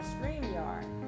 StreamYard